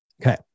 Okay